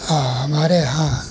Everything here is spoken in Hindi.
हाँ हमारे यहाँ